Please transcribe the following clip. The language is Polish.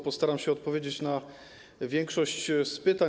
Postaram się odpowiedzieć na większość pytań.